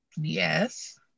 Yes